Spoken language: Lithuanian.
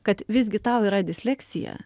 kad visgi tau yra disleksija